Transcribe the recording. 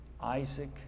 Isaac